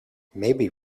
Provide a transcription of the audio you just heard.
maybe